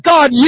God